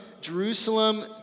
Jerusalem